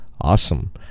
Awesome